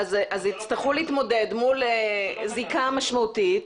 אז יצטרכו להתמודד מול זיקה משמעותית.